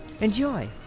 Enjoy